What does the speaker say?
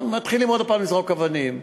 מתחילים עוד הפעם לזרוק אבנים.